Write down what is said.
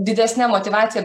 didesne motyvacija